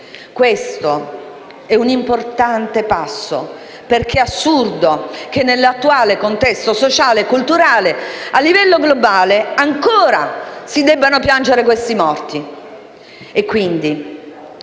Questo è un importante passo, perche è assurdo che nell'attuale contesto sociale e culturale a livello globale si debbano ancora piangere queste morti.